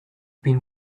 been